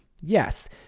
Yes